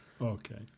Okay